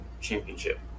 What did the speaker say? championship